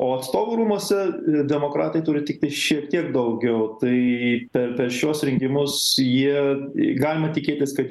o atstovų rūmuose demokratai turi tiktai šiek tiek daugiau tai per šiuos rinkimus jie galima tikėtis kad